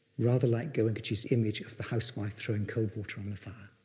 rather like goenkaji's image of the housewife throwing cold water on the fire.